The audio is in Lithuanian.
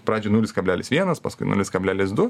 pradžioj nulis kablelis vienas paskui nulis kablelis du